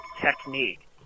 technique